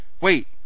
Wait